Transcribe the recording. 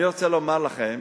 אני רוצה לומר לכם